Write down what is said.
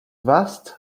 vaast